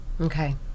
okay